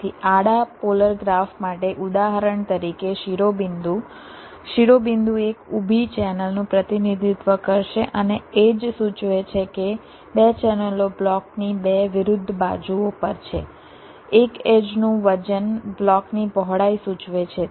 તેથી આડા polar graph માટે ઉદાહરણ તરીકે શિરોબિંદુ શિરોબિંદુ એક ઊભી ચેનલ નું પ્રતિનિધિત્વ કરશે અને એડ્જ સૂચવે છે કે બે ચેનલો બ્લોકની બે વિરુદ્ધ બાજુઓ પર છે એક એડ્જનું વજન બ્લોકની પહોળાઈ સૂચવે છે